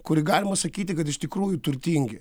kuri galima sakyti kad iš tikrųjų turtingi